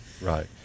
right